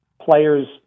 players